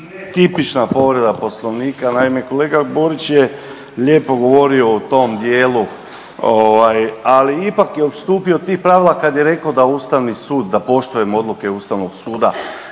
tipična povreda poslovnika. Naime, kolega Borić je lijepo govorio o tom dijelu, ali ipak je odstupio od tih pravila kad je rekao da Ustavni sud da poštujemo odluke Ustavnog suda,